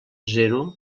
zero